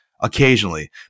occasionally